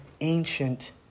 ancient